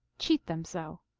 cheat them so.